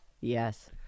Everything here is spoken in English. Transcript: Yes